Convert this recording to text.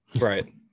Right